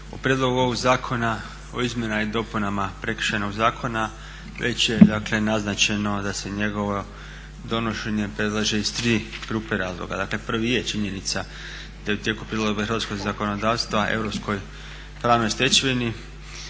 U prijedlogu ovog Zakona o izmjenama i dopunama Prekršajnog zakona već je dakle naznačeno da se njegovo donošenje predlaže iz tri grupe razloga. Dakle prvi je činjenica da je u tijeku prilagodba hrvatskog zakonodavstva europskoj pravnoj stečevini.